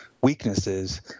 weaknesses